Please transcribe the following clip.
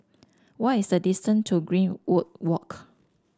what is the distance to Greenwood Walk